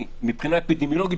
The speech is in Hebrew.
הגיוני מבחינה אפידמיולוגית,